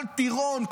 כל טירון,